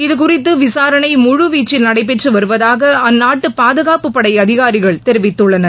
இதுகுறித்து விசாரணை முழுவீச்சில் நடைபெற்று வருவதாக அந்நாட்டு பாதுகாப்புப் படை அதிகாரிகள் தெரிவித்துள்ளனர்